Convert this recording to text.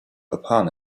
upon